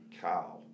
cow